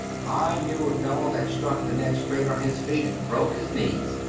i knew a feller that struck the net straight on his feet and broke his knees.